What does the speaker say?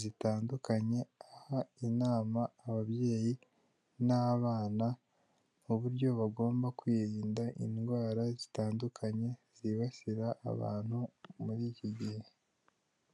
zitandukanye, aha inama ababyeyi n'abana, uburyo bagomba kwirinda indwara zitandukanye, zibasira abantu muri iki gihe.